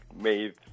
made